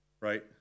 right